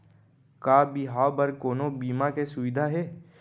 का बिहाव बर कोनो बीमा के सुविधा हे?